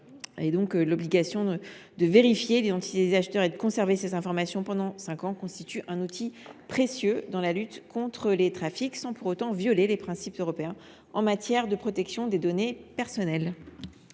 L’obligation de vérifier l’identité des acheteurs et de conserver ces informations pendant cinq ans constituera un outil précieux dans la lutte contre les trafics, sans pour autant violer les principes européens en matière de protection des données personnelles.